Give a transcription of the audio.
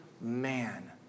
man